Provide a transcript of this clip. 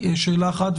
שאלה אחת,